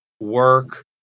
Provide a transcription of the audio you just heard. work